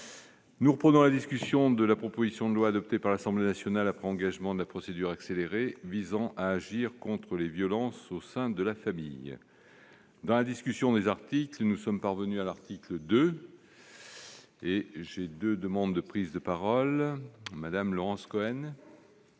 Nous reprenons l'examen de la proposition de loi, adoptée par l'Assemblée nationale après engagement de la procédure accélérée, visant à agir contre les violences au sein de la famille. Dans la discussion des articles, nous en sommes parvenus, au sein du chapitre I, à l'article 2. La parole est à Mme Laurence Cohen,